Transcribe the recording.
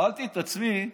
שאלתי את עצמי,